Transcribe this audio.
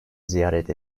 ziyaret